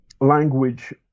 language